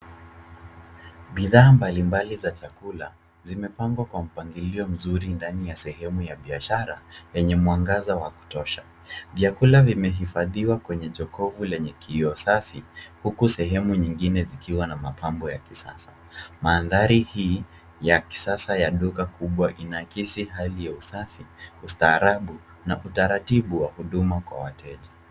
Bidhaa mbalimbali za chakula zimepangwa kwa mpangilio mzuri ndani ya sehemu ya biashara yenye mwangaza wa kutosha. Vyakula vimehifadhiwa kwenye jokofu lenye kioo safi huku sehemu nyingine zikiwa na mapambo ya kisasa. Mandhari hii ya kisasa ya duka kubwa inaakisi hali ya usafi, ustaarabu na utaratibu wa huduma kwa wateja.